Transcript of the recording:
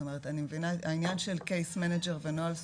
זאת אומרת העניין של קייס מנג'ר ונוהל סדור,